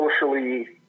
socially